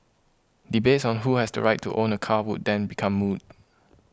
debates on who has the right to own a car would then become moot